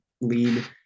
lead